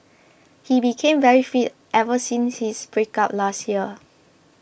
he became very fit ever since his breakup last year